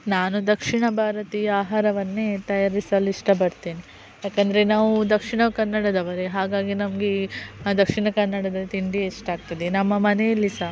ನಾನು ದಕ್ಷಿಣ ಭಾರತೀಯ ಆಹಾರವನ್ನೇ ತಯಾರಿಸಲು ಇಷ್ಟಪಡ್ತೇನೆ ಯಾಕೆಂದ್ರೆ ನಾವು ದಕ್ಷಿಣ ಕನ್ನಡದವರೆ ಹಾಗಾಗಿ ನಮಗೆ ದಕ್ಷಿಣ ಕನ್ನಡದ ತಿಂಡಿ ಇಷ್ಟ ಆಗ್ತದೆ ನಮ್ಮ ಮನೆಯಲ್ಲಿ ಸಹ